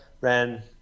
ran